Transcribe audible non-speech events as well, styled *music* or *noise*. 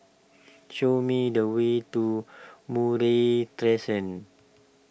show me the way to Murray *unintelligible*